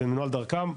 זה מנוהל דרכם.